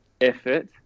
effort